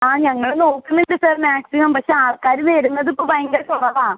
ആ ഞങ്ങൾ നോക്കുന്നുണ്ട് സർ മാക്സിമം പക്ഷെ ആൾക്കാർ വരുന്നത് ഇപ്പം ബയങ്കര കുറവാണ്